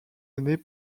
années